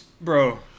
bro